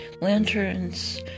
lanterns